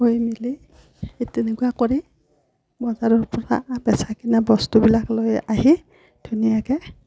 কৈ মেলি তেনেকুৱা কৰি বজাৰৰপৰা বেচা কিনা বস্তুবিলাক লৈ আহি ধুনীয়াকৈ